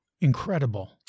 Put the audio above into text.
Incredible